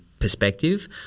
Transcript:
perspective